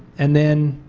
and then